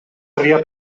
tria